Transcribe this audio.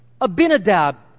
Abinadab